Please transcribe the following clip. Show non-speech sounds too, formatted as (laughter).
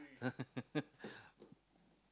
(laughs)